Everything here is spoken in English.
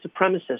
supremacists